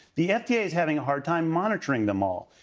the fda is having a hard time monitoring them all.